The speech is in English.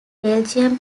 belgium